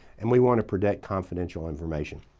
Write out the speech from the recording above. and we want to protect confidential information.